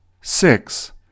Six